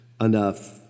enough